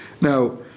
Now